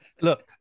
Look